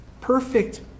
perfect